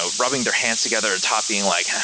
ah rubbing their hands together and tapping like,